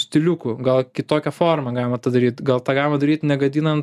stiliuku gal kitokia forma galima tą daryti gal tą galima daryt negadinant